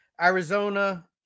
Arizona